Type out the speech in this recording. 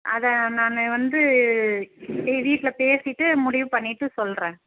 அதை நான் வந்து எங்கள் வீட்டில் பேசிவிட்டு முடிவு பண்ணிவிட்டு சொல்கிறேன்